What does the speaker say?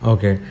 Okay